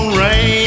rain